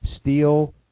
steel